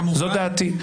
זאת דעתי.